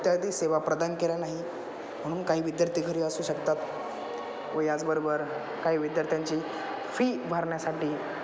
इत्यादी सेवा प्रदान केला नाही म्हणून काही विद्यार्थी घरी असू शकतात व याचबरोबर काही विद्यार्थ्यांची फी भरण्यासाठी